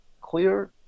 clear